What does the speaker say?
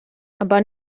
aber